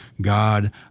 God